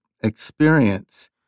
experience